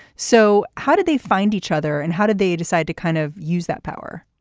so how did they find each other and how did they decide to kind of use that power.